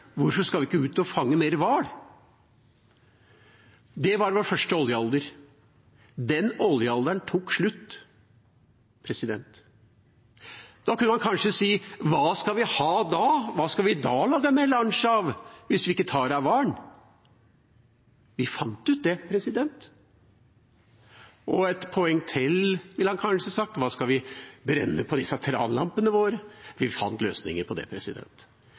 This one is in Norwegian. Hvorfor skal vi ikke dra ut og fange mer hval? Det var vår første oljealder. Den oljealderen tok slutt. Da kunne han kanskje sagt: Hva skal vi ha da? Hva skal vi lage melange av hvis vi ikke tar det fra hvalen? Vi fant ut det. Og et poeng til, ville han kanskje sagt, hva skal vi brenne på disse tranlampene våre? Vi fant løsninger på det.